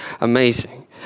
amazing